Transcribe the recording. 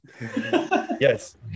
yes